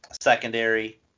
secondary